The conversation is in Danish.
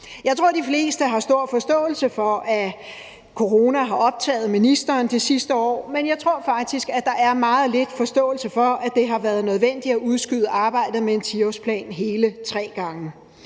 Jeg tror, de fleste har stor forståelse for, at coronaen har optaget ministeren det sidste år, men jeg tror faktisk, at der er meget lidt forståelse for, at det har været nødvendigt at udskyde arbejdet med en 10-årsplan hele tre gange.